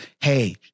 Hey